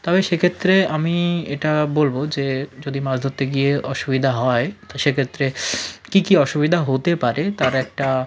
তবে সেক্ষেত্রে আমি এটা বলব যে যদি মাছ ধরতে গিয়ে অসুবিধা হয় তো সেক্ষেত্রে কী কী অসুবিধা হতে পারে তার একটা